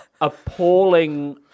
appalling